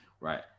right